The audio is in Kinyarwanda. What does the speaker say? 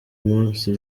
munsi